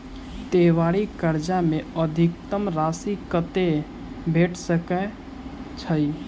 त्योहारी कर्जा मे अधिकतम राशि कत्ते भेट सकय छई?